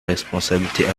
responsabilités